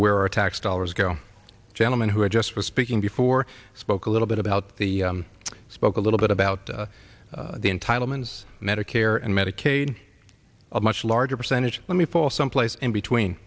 where our tax dollars go gentlemen who are just speaking before spoke a little bit about the spoke a little bit about the entitlements medicare and medicaid a much larger percentage let me fall some place in between